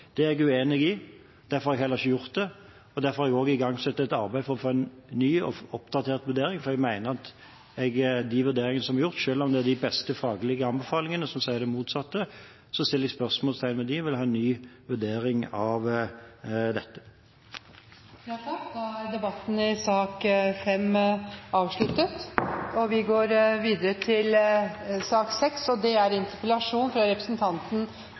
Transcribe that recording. Det er jeg uenig i, og derfor har jeg heller ikke gjort det, og derfor har jeg også igangsatt et arbeid for å få en ny og oppdatert vurdering. For selv om de beste faglige anbefalingene sier det motsatte, setter jeg spørsmålstegn ved de vurderingene som er gjort og vil ha en ny vurdering av dette. Debatten i sak nr. 5 er avsluttet. Norge har et helt unikt mediemangfold. På avisfronten er det et mylder av lokalaviser, regionaviser og nasjonale medier, og nordmenn er